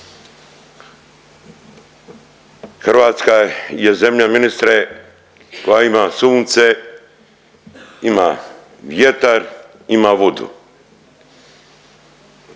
Hrvatske je zemlja ministre koja ima sunce, ima vjetar, ima vodu.